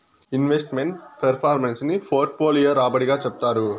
invest meant performance ని portfolio రాబడి గా చెప్తారు